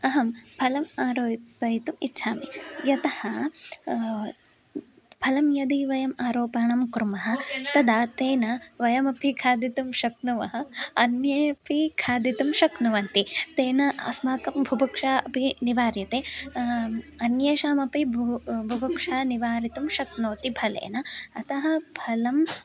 अहं फलम् आरोपयितुम् इच्छामि यतः फलं यदि वयम् आरोपणं कुर्मः तदा तेन वयमपि खादितुं शक्नुमः अन्ये अपि खादितुं शक्नुवन्ति तेन अस्माकं बुभुक्षा अपि निवार्यते अन्येषामपि बुबु बुभुक्षा निवारयितुं शक्यते फलेन अतः फलं